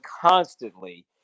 constantly